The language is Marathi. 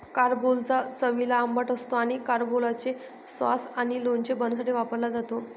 कारंबोला चवीला आंबट असतो आणि कॅरंबोलाचे सॉस आणि लोणचे बनवण्यासाठी वापरला जातो